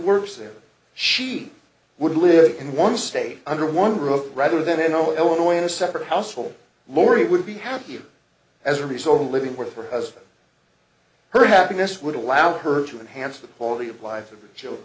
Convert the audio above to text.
works there she would live in one state under one roof rather than n o l annoying a separate household laurie would be happier as a result of living with her husband her happiness would allow her to enhance the quality of life of the children